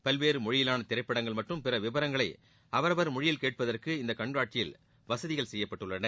பல்வேறு மொழியிலான திரைப்படங்கள் மற்றும் பிற விவரங்களை அவரவர் மொழில் கேட்பதற்கு இந்த கண்காட்சியில் வசதிகள் செய்யப்பட்டுள்ளன